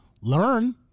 learn